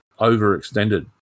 overextended